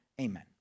Amen